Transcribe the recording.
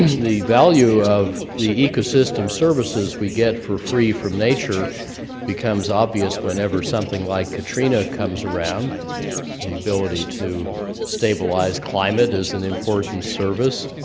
the value of the ecosystem services we get for free from nature becomes obvious whenever something like katrina comes around the ability to stabilize climate is an important service,